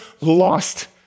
lost